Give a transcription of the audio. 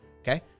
Okay